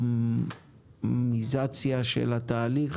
לאוטומציה של התהליך